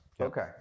Okay